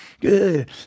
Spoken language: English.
Good